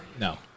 No